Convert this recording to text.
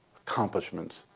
accomplishments,